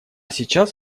сейчас